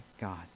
God